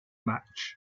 match